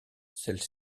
celles